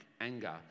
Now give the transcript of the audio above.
anger